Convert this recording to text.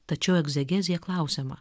tačiau egzegezėje klausiama